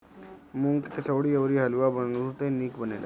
मूंग के कचौड़ी अउरी हलुआ बहुते निक बनेला